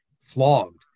flogged